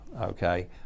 okay